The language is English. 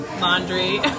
laundry